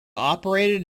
operated